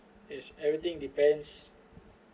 yes everything depends